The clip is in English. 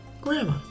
Grandma